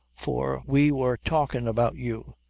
for we wor talkin' about you.